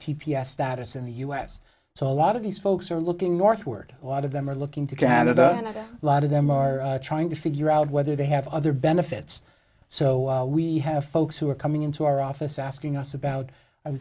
s status in the u s so a lot of these folks are looking northward a lot of them are looking to canada and a lot of them are trying to figure out whether they have other benefits so we have folks who are coming into our office asking us about